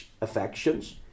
affections